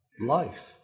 life